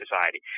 society